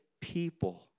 people